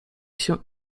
się